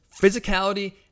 physicality